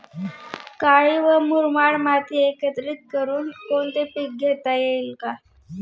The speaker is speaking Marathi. काळी व मुरमाड माती एकत्रित करुन कोणते पीक घेता येईल का?